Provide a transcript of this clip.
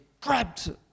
grabbed